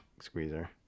squeezer